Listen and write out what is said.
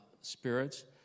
spirits